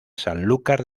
sanlúcar